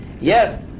Yes